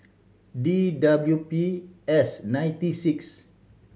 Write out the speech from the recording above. D W P S ninety six